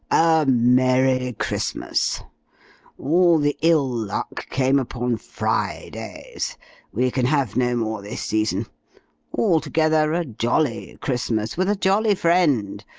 a merry christmas all the ill luck came upon fridays we can have no more this season altogether, a jolly christmas, with a jolly friend,